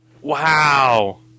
Wow